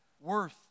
worth